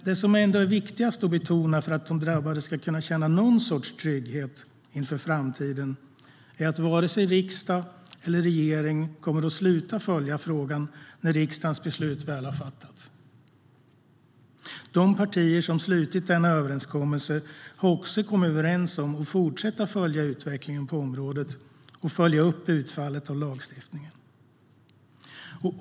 Det som ändå är viktigast att betona för att de drabbade ska kunna känna någon sorts trygghet inför framtiden är att inte vare sig riksdag eller regering kommer att sluta att följa frågan när riksdagens beslut väl har fattats. De partier som har slutit denna överenskommelse har också kommit överens om att fortsätta att följa utvecklingen på området och att följa upp utfallet av lagstiftningen.